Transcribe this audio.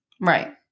Right